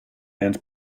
and